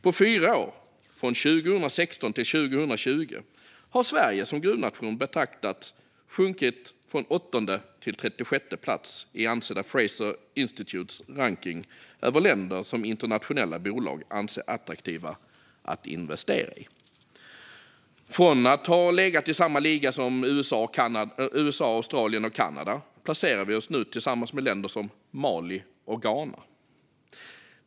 På fyra år, från 2016 till 2020, har Sverige som gruvnation betraktad sjunkit från 8:e till 36:e plats i ansedda Fraser Institutes rankning av länder som internationella bolag anser attraktiva att investera i. Från att ha spelat i samma liga som USA, Australien och Kanada placerar vi oss nu tillsammans med länder som Mali och Ghana.